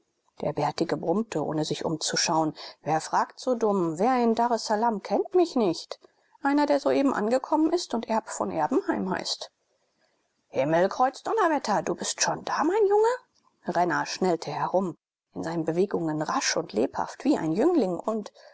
der bärtige brummte ohne sich umzuschauen wer fragt so dumm wer in daressalam kennt mich nicht einer der soeben angekommen ist und erb von erbenheim heißt himmelkreuzdonnerwetter du bist schon da mein junge renner schnellte herum in seinen bewegungen rasch und lebhaft wie ein jüngling und